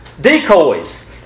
decoys